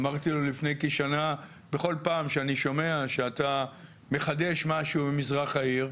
אמרתי לו לפני כשנה שבכל פעם שאני שומע שהוא מחדש משהו במזרח העיר,